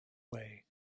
way